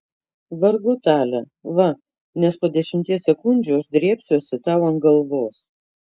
vargu tale va nes po dešimties sekundžių aš drėbsiuosi tau ant galvos